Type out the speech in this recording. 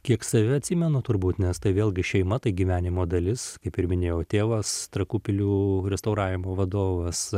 kiek save atsimenu turbūt nes tai vėlgi šeima tai gyvenimo dalis kaip ir minėjau tėvas trakų pilių restauravimo vadovas